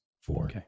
Four